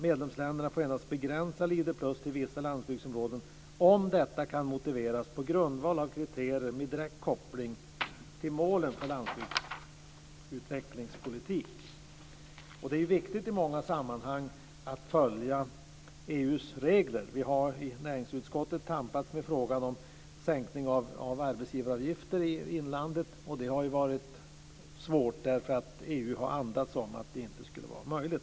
Medlemsländerna får endast begränsa Leader-plus till vissa landsbygdsområden om detta kan motiveras på grundval av kriterier vid direkt koppling till målen för landsbygdsutvecklingspolitik. Det är viktigt i många sammanhang att följa EU:s regler. Vi har i näringsutskottet tampats med frågan om sänkning av arbetsgivaravgifter i inlandet, och det har varit svårt, därför att EU har andats om att det inte skulle vara möjligt.